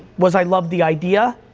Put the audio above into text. was i loved the idea,